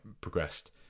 progressed